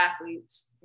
athletes